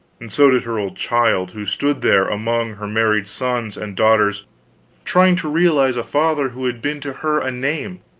and so did her old child, who stood there among her married sons and daughters trying to realize a father who had been to her a name,